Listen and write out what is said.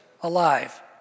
alive